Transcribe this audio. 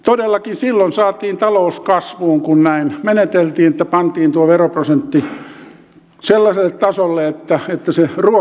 todellakin silloin saatiin talous kasvuun kun näin meneteltiin että pantiin tuo veroprosentti sellaiselle tasolle että se ruokki taloutta